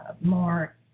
more